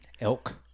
Elk